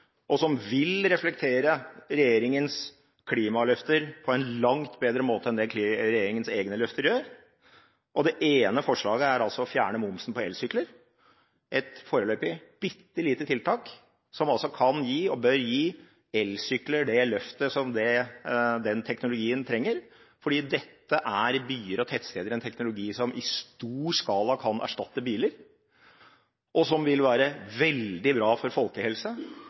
og som vil reflektere regjeringens klimaløfter på en langt bedre måte enn det regjeringens egne løfter gjør. Det ene forslaget er å fjerne momsen på elsykler, et foreløpig bitte lite tiltak, som kan gi og bør gi elsykler det løftet som den teknologien trenger, fordi dette er i byer og tettsteder en teknologi som i stor skala kan erstatte biler, og som vil være veldig bra for